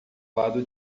lado